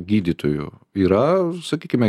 gydytojų yra sakykime